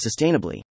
sustainably